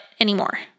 anymore